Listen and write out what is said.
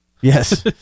Yes